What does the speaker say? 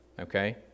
Okay